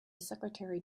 secretary